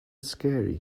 scary